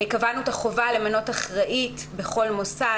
קבענו את החובה למנות אחראית בכל מוסד,